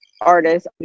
artists